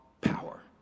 power